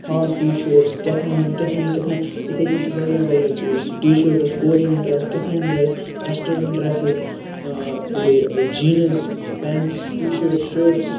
half T shirts کیٚتھانۍ کیٚتھانۍ کیٚتھانۍ اِتھے کٮ۪ن چھِ واریاہ واریاہ چیٖز ٹی شٲٹٕس کوریَن ڈرٮ۪س کیٚتھانۍ ڈرٮ۪س ویٚسٹرن ڈریسِز بیٚیہِ jeans pants T shirts shirts